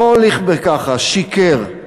לא הוליך בכחש, שיקר.